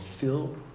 fill